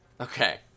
Okay